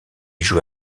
joue